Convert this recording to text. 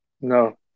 no